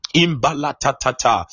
imbalatatata